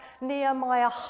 Nehemiah